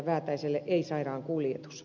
väätäinen ei sairaankuljetus